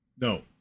No